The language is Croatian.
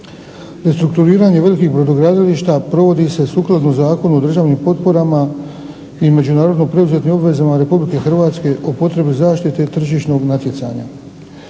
Restrukturiranje velikih brodogradilišta provodi se sukladno Zakonu o državnim potporama i međunarodno preuzetim obvezama RH o potrebi zaštite tržišnog natjecanja.